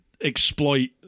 exploit